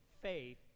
faith